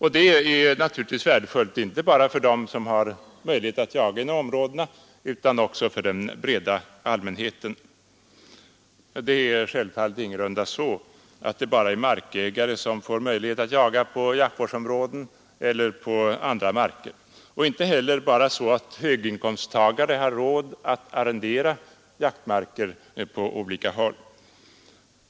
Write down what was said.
Det är naturligtvis värdefullt, inte bara för dem som har möjlighet att jaga inom områdena utan också för den breda allmänheten. Det är självfallet ingalunda bara markägare som får möjlighet att jaga på jaktvårdsområdena eller på andra marker, och inte heller är det så att bara höginkomsttagare har råd att arrendera jaktmarker.